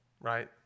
right